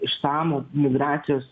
išsamų migracijos